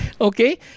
okay